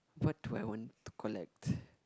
what do I want to collect